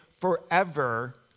forever